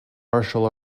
martial